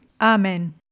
Amen